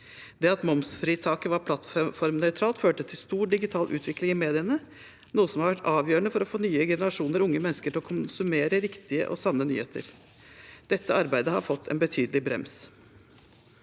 Det at momsfritaket var plattformnøytralt, førte til stor digital utvikling i mediene, noe som har vært avgjørende for å få nye generasjoner unge mennesker til å konsumere riktige og sanne nyheter. Dette arbeidet har fått en betydelig brems.